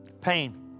Pain